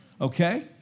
Okay